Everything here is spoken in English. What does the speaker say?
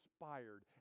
inspired